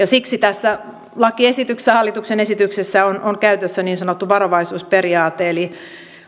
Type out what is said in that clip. siksi tässä hallituksen esityksessä on on käytössä niin sanottu varovaisuusperiaate eli